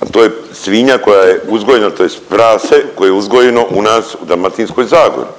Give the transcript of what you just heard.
al to je svinja koja je uzgojena tj. prase koje je uzgojeno u nas u Dalmatinskoj zagori.